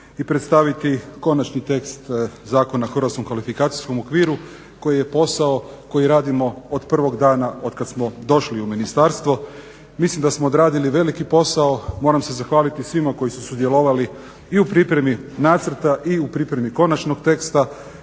i predstaviti konačni tekst Zakona o hrvatskom kvalifikacijskom okviru koji je posao koji radimo od prvog dana od kada smo došli u ministarstvo. Mislim da smo odradili veliki posao. Moram se zahvaliti svima koji su sudjelovali i u pripremi nacrta i u pripremi konačnog teksta.